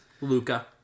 Luca